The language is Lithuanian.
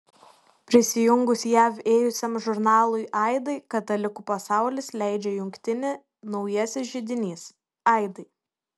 prisijungus jav ėjusiam žurnalui aidai katalikų pasaulis leidžia jungtinį naujasis židinys aidai